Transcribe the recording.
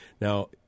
Now